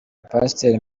pasteur